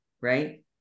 right